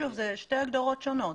אלה שתי הגדרות שונות.